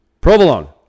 Provolone